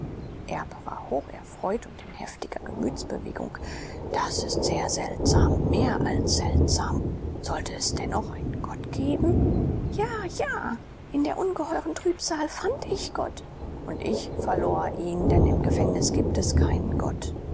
war hocherfreut und in heftiger gemütsbewegung das ist sehr seltsam mehr als seltsam sollte es dennoch einen gott geben ja ja in der ungeheuren trübsal fand ich gott und ich verlor ihn denn im gefängnis gibt es keinen gott